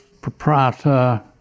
proprietor